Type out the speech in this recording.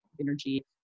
energy